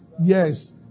Yes